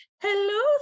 Hello